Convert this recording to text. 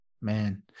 man